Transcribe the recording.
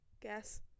Guess